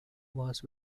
was